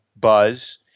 buzz –